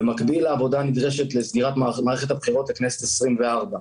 במקביל לעבודה הנדרשת לסגירת מערכת הבחירות לכנסת ה-24,